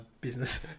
business